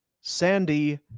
sandy